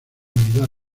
unidad